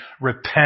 Repent